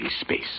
space